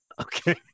okay